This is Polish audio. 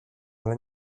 ale